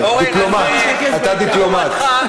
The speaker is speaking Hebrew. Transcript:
כן, דיפלומט, אתה דיפלומט.